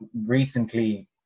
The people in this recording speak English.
recently